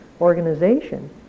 organization